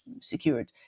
secured